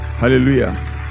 Hallelujah